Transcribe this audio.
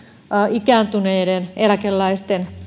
ikääntyneiden eläkeläisten